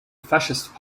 fascist